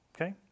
okay